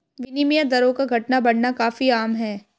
विनिमय दरों का घटना बढ़ना काफी आम है